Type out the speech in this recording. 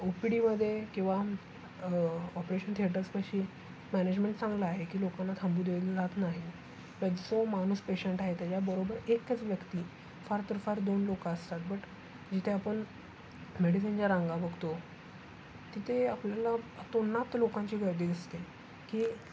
ओ P डीमध्ये किंवा operation थिएटर्सपाशी मॅनेजमेंट चांगला आहे की लोकांना थांबू दिलं जात नाही व एक जो माणूस पेशंट आहे त्याच्याबरोबर एकच व्यक्ती फार तर फार दोन लोक असतात बट जिथे आपण मेडिसिनच्या रांगा बघतो तिथे आपल्याला अतोनात लोकांची गर्दी दिसते की